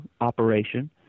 operation